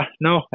no